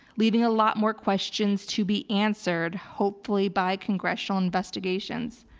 leaving a lot more questions to be answered, hopefully by congressional investigations.